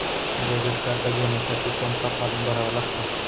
Debit card घेण्यासाठी कोणता form भरावा लागतो?